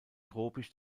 tropisch